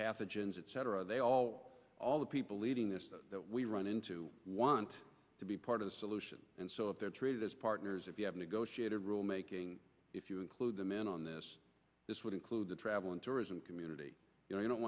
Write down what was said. pathogens etc they all all the people leading this we run into want to be part of the solution and so if they're treated as partners if you have negotiated rulemaking if you include them in on this this would include the travel and tourism community you know you don't